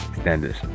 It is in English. standards